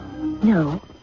No